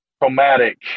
Chromatic